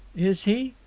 is he?